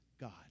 God